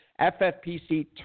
FFPC